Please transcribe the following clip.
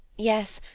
yes,